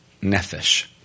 Nefesh